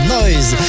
Noise